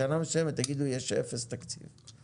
בשנה מסוימת תאמרו שיש אפס תקציב.